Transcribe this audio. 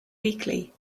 weekly